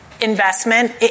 investment